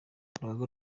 urugaga